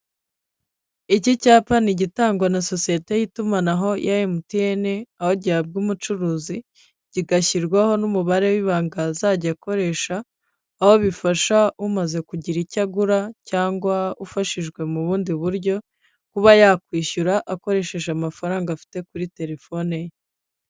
Iki cyapa ni igitangwa na sosiyete y'itumanaho ya mtn, aho gihabwa umucuruzi kigashyirwaho n'umubare w'ibanga azajya akoresha, aho bifasha umaze kugira icyo agura cyangwa ufashijwe mu bundi buryo, kuba yakwishyura akoresheje amafaranga afite kuri terefone ye.